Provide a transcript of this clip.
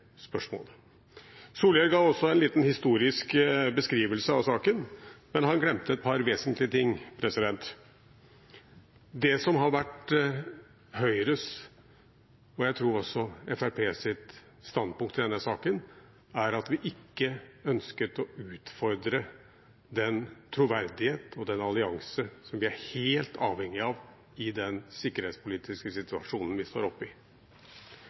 ga også en liten historisk beskrivelse av saken, men han glemte et par vesentlige ting. Det som har vært Høyres, og jeg tror også Fremskrittspartiets, standpunkt i denne saken, er at vi ikke ønsket å utfordre den troverdigheten og den alliansen som vi er helt avhengige av i den sikkerhetspolitiske situasjonen vi står oppe i.